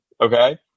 okay